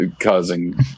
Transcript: causing